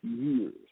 years